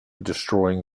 destroying